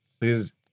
please